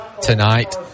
tonight